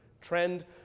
trend